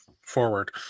forward